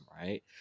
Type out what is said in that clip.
Right